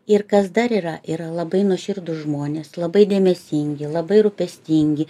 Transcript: ir kas dar yra yra labai nuoširdūs žmonės labai dėmesingi labai rūpestingi